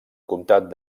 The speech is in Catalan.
comtat